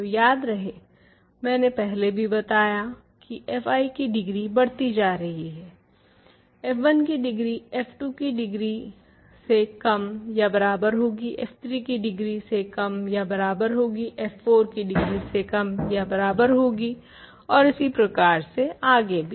तो याद रहे मैंने पहले भी बताया की fi की डिग्री बढती रहती है f1 की डिग्री f2 की डिग्री से कम या बराबर होगी f3 की डिग्री से कम या बराबर होगी f4 की डिग्री से कम या बराबर होगी ओर इसी प्रकार से आगे भी